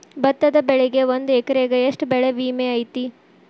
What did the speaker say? ಭತ್ತದ ಬೆಳಿಗೆ ಒಂದು ಎಕರೆಗೆ ಎಷ್ಟ ಬೆಳೆ ವಿಮೆ ಐತಿ?